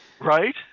Right